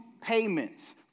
payments